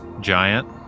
giant